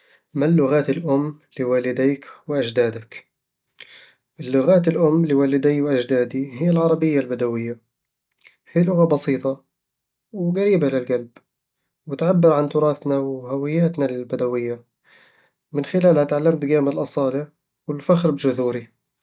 ما اللغات الأم لوالدَيك وأجدادك؟ اللغات الأم لوالديّ وأجدادي هي العربية البدوية هي لغة بسيطة وقريبة للقلب، وتعبر عن تراثنا وهويتنا البدوية من خلالها تعلمت قيم الأصالة والفخر بجذوري